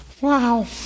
Wow